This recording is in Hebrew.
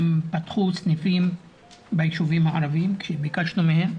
הם פתחו סניפים בישובים הערביים כשביקשנו מהם.